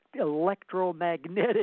electromagnetic